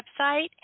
website